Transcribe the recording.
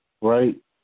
right